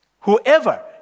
whoever